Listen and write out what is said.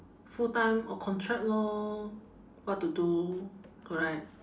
full time or contract lor what to do correct